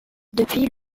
depuis